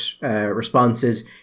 responses